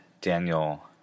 Daniel